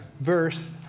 verse